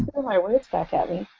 and my words back at me.